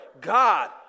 God